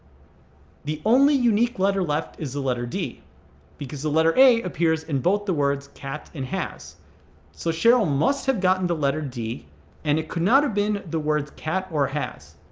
the only unique letter left is a letter d because the letter a appears in both the words cat and has so cheryl must have gotten the letter d and it could not have been the word cat or has.